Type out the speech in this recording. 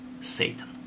satan